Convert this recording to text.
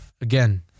again